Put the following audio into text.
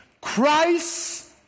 Christ